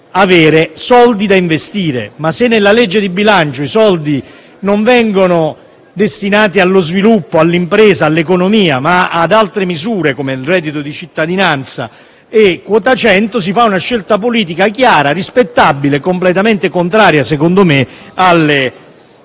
più - soldi da investire. Tuttavia, se nella legge di bilancio i soldi vengono destinati non allo sviluppo, all'impresa e all'economia, ma ad altre misure come il reddito di cittadinanza e quota 100, si fa una scelta politica chiara e rispettabile, secondo me completamente contraria alle